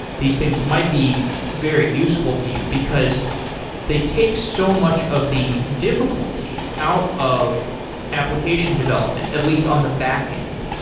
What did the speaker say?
these things might be very useful to you, because they take so much of the difficulty out of application development, at least on the backend.